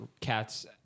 cats